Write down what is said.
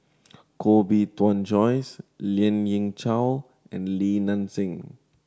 Koh Bee Tuan Joyce Lien Ying Chow and Li Nanxing